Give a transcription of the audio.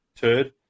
turd